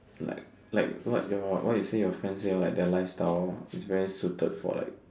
like like what your what you say your friend say orh like their lifestyle is very suited for like